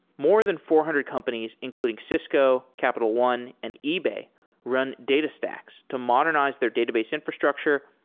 more than four hundred companies including cisco, capital one, and ebay run datastax to modernize their database infrastructure,